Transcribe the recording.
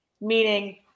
meaning